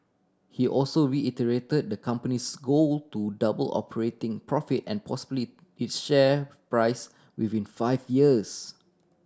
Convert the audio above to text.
he also reiterate the company's goal to double operating profit and possibly its share price within five years